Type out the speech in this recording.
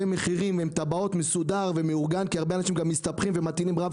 אני בעד שהכל יהיה מסודר ומאורגן כי הרבה אנשים מטעינים רב